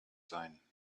sein